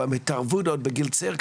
או התערבות עוד בגיל צעיר,